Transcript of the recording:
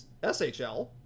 SHL